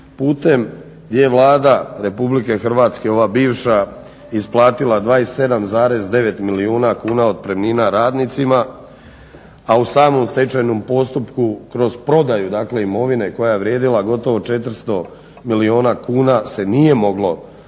gdje je Vlada RH ova bivša isplatila 27,9 milijuna kuna otpremnina radnicima, a u samom stečajnom postupku kroz prodaju imovine koja je vrijedila gotovo 400 milijuna kuna se nije moglo namiriti